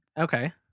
Okay